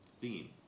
theme